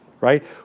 right